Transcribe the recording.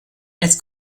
als